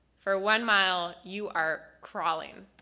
for one mile you are crawling.